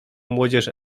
młodzież